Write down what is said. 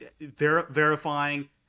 verifying